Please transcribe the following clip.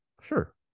Sure